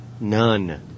none